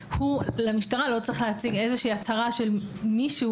כי למשטרה לא צריך להציג איזושהי הצהרה של מישהו,